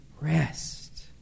rest